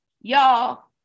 Y'all